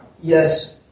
yes